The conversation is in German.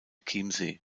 chiemsee